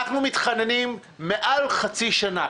אנחנו מתחננים כבר יותר מחצי שנה,